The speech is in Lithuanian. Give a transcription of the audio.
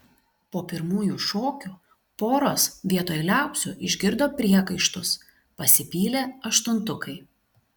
po pirmųjų šokių poros vietoj liaupsių išgirdo priekaištus pasipylė aštuntukai